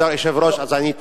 כבוד היושב-ראש, בסדר גמור.